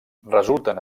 resulten